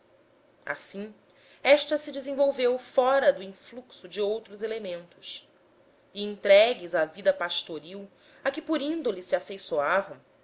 assim esta se desenvolveu fora do influxo de outros elementos e entregues à vida pastoril a que por índole se afeiçoavam